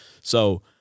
So-